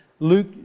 Luke